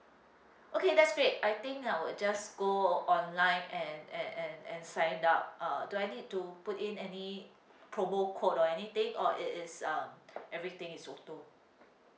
okay that's great I think I'll just go online and and and and sign up uh do I need to put in any promo code or anything or it is um everything is auto